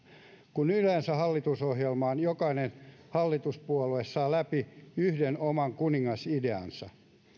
kun yleensä hallitusohjelmaan jokainen hallituspuolue saa läpi yhden oman kuningasideansa